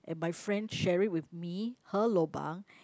and my friend share it with me her lobang